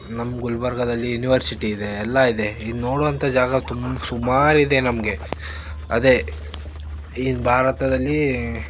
ನಮ್ಮ ಗುಲ್ಬರ್ಗಾದಲ್ಲಿ ಯುನಿವರ್ಸಿಟಿ ಇದೆ ಎಲ್ಲ ಇದೆ ಇಲ್ಲಿ ನೋಡುವಂಥ ಜಾಗ ತುಂಬ ಸುಮಾರಿದೆ ನಮಗೆ ಅದೇ ಈಗಿನ ಭಾರತದಲ್ಲಿ